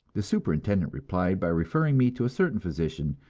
the superintendent replied by referring me to a certain physician,